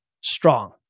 strong